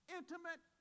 intimate